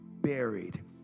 buried